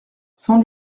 cent